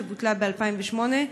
שבוטלה ב-2008,